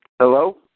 Hello